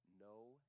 no